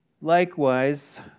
Likewise